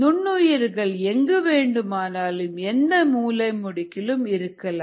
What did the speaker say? நுண்ணுயிர்கள் எங்கு வேண்டுமானாலும் எந்த மூலை மூடுக்கிலும் இருக்கலாம்